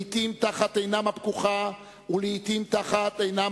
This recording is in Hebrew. לעתים תחת עינם הפקוחה ולעתים תחת עינם